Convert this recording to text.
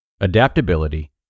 Adaptability